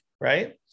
Right